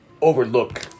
overlook